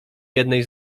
jednej